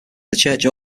church